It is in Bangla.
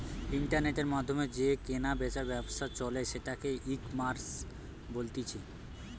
ইন্টারনেটের মাধ্যমে যে কেনা বেচার ব্যবসা চলে সেটাকে ইকমার্স বলতিছে